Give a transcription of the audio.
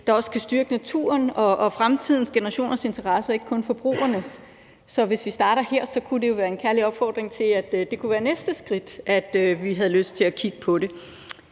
der kan styrke naturen og fremtidens generationers interesser og ikke kun forbrugernes. Så hvis vi starter her, kunne det jo være en kærlig opfordring til, at det kunne være det næste skridt, som vi havde lyst til at kigge på. Det